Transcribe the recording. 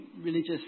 religious